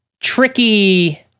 tricky